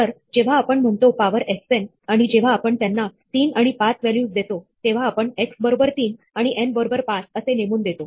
तर जेव्हा आपण म्हणतो power x n आणि जेव्हा आपण त्यांना 3 आणि 5 व्हॅल्यूज देतोतेव्हा आपण x बरोबर 3 आणि n बरोबर 5 असे नेमून देतो